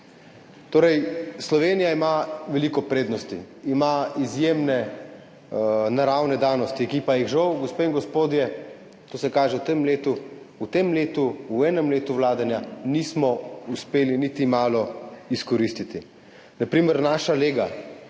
države. Slovenija ima veliko prednosti, ima izjemne naravne danosti, ki pa jih žal, gospe in gospodje, to se kaže v tem letu, v tem letu, v enem letu vladanja nismo uspeli niti malo izkoristiti. Na primer naša lega.